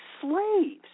slaves